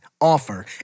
offer